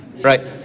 Right